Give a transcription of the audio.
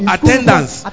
Attendance